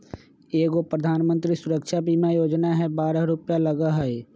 एगो प्रधानमंत्री सुरक्षा बीमा योजना है बारह रु लगहई?